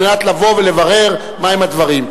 על מנת לבוא ולברר מהם הדברים.